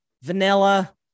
Vanilla